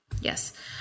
Yes